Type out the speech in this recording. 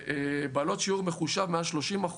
בעלות שיעור מחושב מעל 30%,